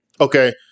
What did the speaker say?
Okay